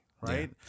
right